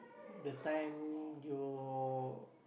the time you